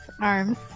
arms